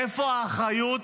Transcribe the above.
איפה האחריות?